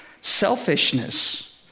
selfishness